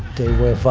they were